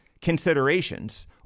considerations